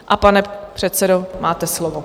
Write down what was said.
A pane předsedo, máte slovo.